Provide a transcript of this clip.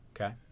Okay